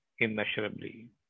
Immeasurably